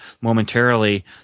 momentarily